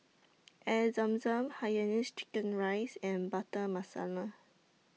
Air Zam Zam Hainanese Chicken Rice and Butter Masala